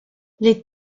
les